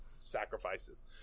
sacrifices